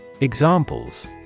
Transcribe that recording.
examples